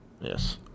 Yes